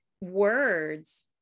words